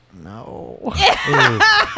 No